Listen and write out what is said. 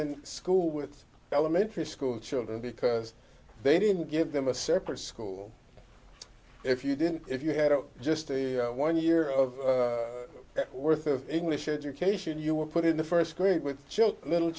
in school with elementary school children because they didn't give them a separate school if you didn't if you had just a one year of worth of english education you were put in the first grade with just little